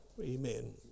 Amen